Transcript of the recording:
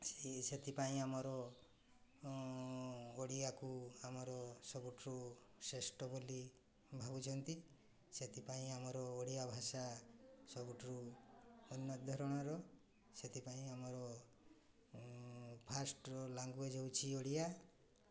ସେଥିପାଇଁ ଆମର ଓଡ଼ିଆକୁ ଆମର ସବୁଠୁ ଶ୍ରେଷ୍ଠ ବୋଲି ଭାବୁଛନ୍ତି ସେଥିପାଇଁ ଆମର ଓଡ଼ିଆ ଭାଷା ସବୁଠୁ ଅନ୍ୟ ଧରଣର ସେଥିପାଇଁ ଆମର ଫାଷ୍ଟ୍ର ଲାଙ୍ଗୁଏଜ୍ ହେଉଛି ଓଡ଼ିଆ